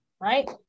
right